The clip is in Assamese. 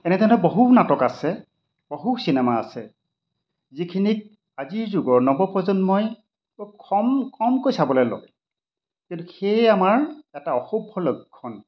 এনে তেনে বহু নাটক আছে বহু চিনেমা আছে যিখিনিক আজিৰ যুগৰ নৱপ্ৰজন্মই কম কমকৈ চাবলৈ লয় কিন্তু সেয়ে আমাৰ এটা অসুভ লক্ষণ